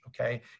Okay